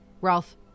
Ralph